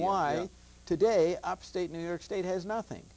why today upstate new york state has nothing